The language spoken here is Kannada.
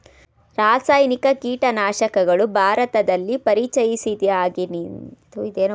ರಾಸಾಯನಿಕ ಕೀಟನಾಶಕಗಳು ಭಾರತದಲ್ಲಿ ಪರಿಚಯಿಸಿದಾಗಿನಿಂದ ಕೃಷಿಯಲ್ಲಿ ಪ್ರಮುಖ ಪಾತ್ರ ವಹಿಸಿವೆ